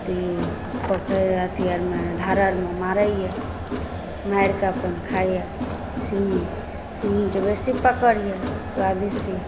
तऽ ई पोखरि धार आओरमे मारैए मारिकऽ अपन खाइए सिङ्गही सिङ्गहीके बेसी पकड़ अइ स्वादिष्ट अइ